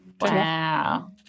Wow